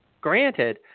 granted